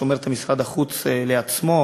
שומר את משרד החוץ לעצמו,